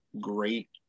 great